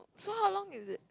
so how long is it